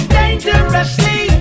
dangerously